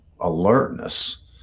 alertness